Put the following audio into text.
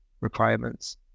requirements